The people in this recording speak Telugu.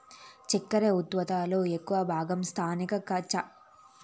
చక్కర ఉత్పత్తి లో ఎక్కువ భాగం స్థానిక కర్మాగారాలలోనే జరుగుతాది